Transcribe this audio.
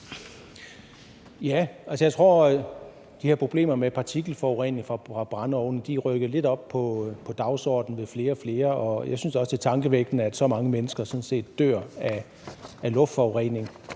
(EL): Jeg tror, at de her problemer med partikelforurening fra brændeovne er rykket lidt op på dagsordenen hos flere og flere. Jeg synes også, det er tankevækkende, at så mange mennesker sådan set dør af luftforurening;